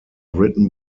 written